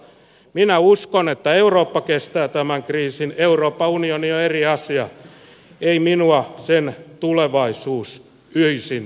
minä uskon että eurooppa kestää tämän kriisin euroopan unioni on eri asia ei minua sen tulevaisuus öisin valvota